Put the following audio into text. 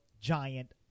giant